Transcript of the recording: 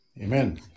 Amen